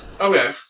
Okay